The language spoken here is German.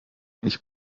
ich